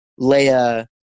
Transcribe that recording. Leia